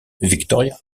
victoria